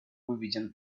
revision